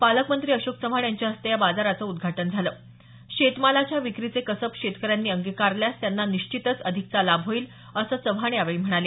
पालकमंत्री अशोक चव्हाण यांच्या हस्ते या बाजाराचं उद्घाटन झालं शेतमालाच्या विक्रीचे कसब शेतकऱ्यांनी अंगिकारल्यास त्यांना निश्चितच अधिकचा लाभ होईल असं चव्हाण म्हणाले